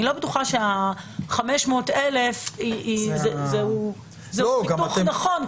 אני לא בטוחה שה-500,000 זה חיתוך נכון.